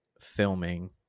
filming